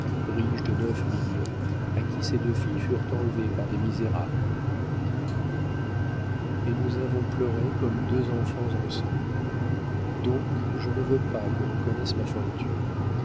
riche de neuf millions à qui ses deux filles furent enlevées par des misérables et nous avons pleuré comme deux enfants ensemble donc je ne veux pas que l'on connaisse ma fortune